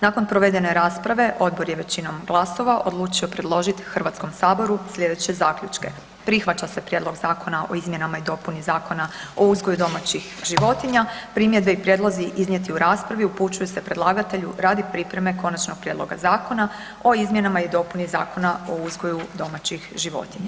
Nakon provedene rasprave, odbor je većinom glasova odlučio predložiti HS-u sljedeće zaključke: prihvaća se Prijedlog zakona o izmjenama i dopuni Zakona o uzgoju domaćih životinja; primjedbe i prijedlozi iznijeti u raspravi upućuju se predlagatelju radi pripreme Konačnog prijedloga zakona o izmjenama i dopuni Zakona o uzgoju domaćih životinja.